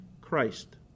Christ